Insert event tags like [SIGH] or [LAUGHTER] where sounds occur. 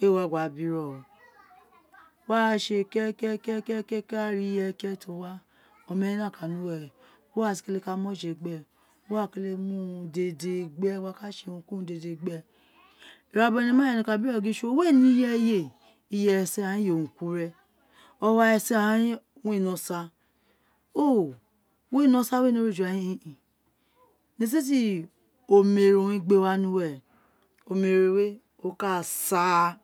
Ɛé wa gba bi rọ rẹ [NOISE] wẹrẹ à sé kẹkẹkẹ à ri irẹyé ki irẹyé ti o wa [NOISE] oma wé nọkan a si kele ka mu ọjẹ gbéè [NOISE] uwẹ awun à si kéle mu urun dede gbéè gba ka sé urun dede gbéè ira bobo ni uwe ẹnẹ ka biro gin [UNINTELLIGIBLE] uwo irẹyé [NOISE] iyẹ rẹ séè o gin iye owun ku rẹ owa rẹ séè o gin owun éè nẹ osa [HESITATION] uwo nẹ osa biri ore juloẹrẹ o gin inin nesin owun ré si [HESITATION] oméro wé o ka sáà [HESITATION]